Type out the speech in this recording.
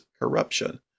corruption